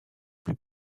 plus